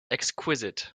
exquisite